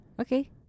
Okay